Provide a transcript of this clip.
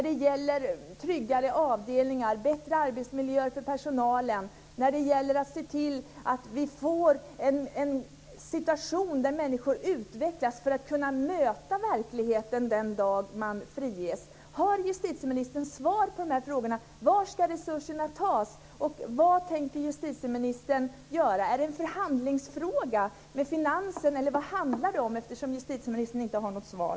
Det gäller tryggare avdelningar, bättre arbetsmiljö för personalen och att se till att vi får en situation där människor utvecklas så att de kan möta verkligheten den dag de friges. Har justitieministern svar på de här frågorna? Eller vad handlar det om eftersom justitieministern inte har något svar?